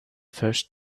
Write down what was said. first